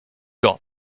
got